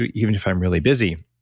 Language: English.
even if i'm really busy?